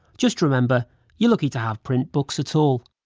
just remember you're lucky to have print books at all.